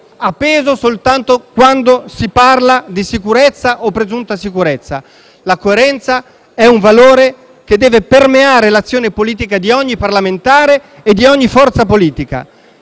ha peso soltanto quando si parla di sicurezza o presunta sicurezza. La coerenza è un valore che deve permeare l'azione politica di ogni parlamentare e di ogni forza politica.